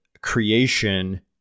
creation